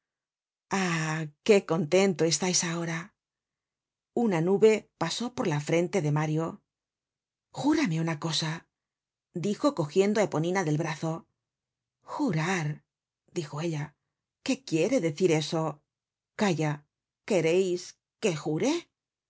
qué contento estais ahora una nube pasó por la frente de mario júrame una cosa dijo cogiendo á eponina del brazo jurar dijo ella qué quiere decir eso calla quereis que jure